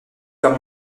comme